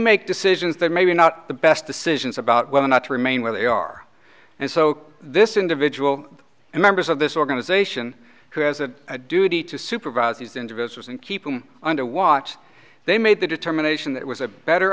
make decisions that maybe not the best decisions about whether or not to remain where they are and so this individual and members of this organization who has a duty to supervise these individuals and keep them under watch they made the determination that was a better